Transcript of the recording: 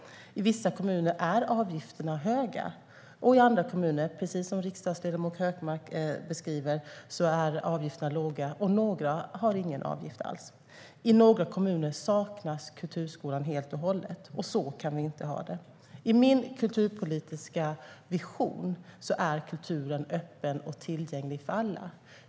I vissa kommuner är avgifterna höga. I andra kommuner är avgifterna låga, precis som riksdagsledamot Hökmark beskriver, och några har ingen avgift alls. I några kommuner saknas kulturskolan helt och hållet, och så kan vi inte ha det. I min kulturpolitiska vision är kulturen öppen och tillgänglig för alla.